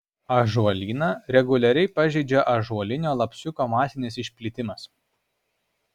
ąžuolyną reguliariai pažeidžia ąžuolinio lapsukio masinis išplitimas